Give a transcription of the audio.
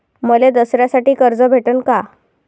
मले दसऱ्यासाठी कर्ज भेटन का?